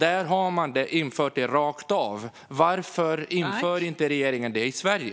Där har man infört detta rakt av. Varför inför inte regeringen det i Sverige?